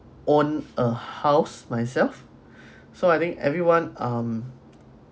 own a house myself so I think everyone um